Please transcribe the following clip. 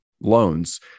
loans